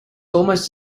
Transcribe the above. almost